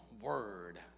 Word